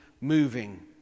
moving